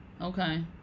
Okay